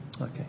Okay